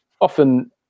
often